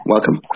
Welcome